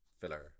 filler